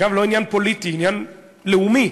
אגב, זה לא עניין פוליטי, זה עניין לאומי.